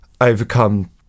overcome